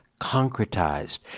concretized